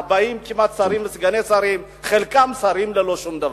כמעט 40 שרים וסגני שרים, חלקם שרים ללא שום דבר.